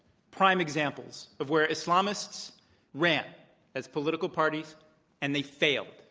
prime examples of where islamists ran as political parties and they failed.